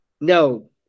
no